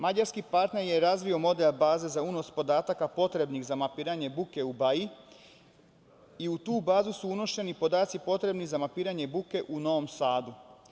Mađarski partner je razvio model baze za unos podataka potrebnih za mapiranje buke u Baji i u tu bazu su unošeni podaci potrebni za mapiranje buke u Novom Sadu.